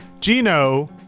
Gino